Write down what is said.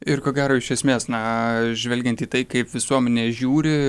ir ko gero iš esmės na žvelgiant į tai kaip visuomenė žiūri